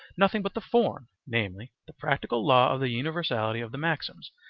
nothing but the form, namely, the practical law of the universality of the maxims,